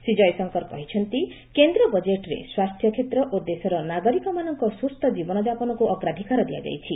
ଶ୍ରୀ ଜୟଶଙ୍କର କହିଛନ୍ତି କେନ୍ଦ୍ର ବଜେଟ୍ରେ ସ୍ୱାସ୍ଥ୍ୟ କ୍ଷେତ୍ର ଓ ଦେଶର ନାଗରିକମାନଙ୍କ ସୁସ୍ଥ ଜୀବନ ଜାପନକୁ ଅଗ୍ରାଧିକାର ଦିଆଯାଇଛି